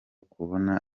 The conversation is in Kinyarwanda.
kubona